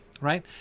right